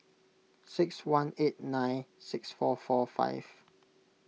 six one eight nine six four four five